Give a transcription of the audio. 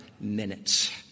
minutes